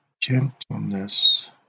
gentleness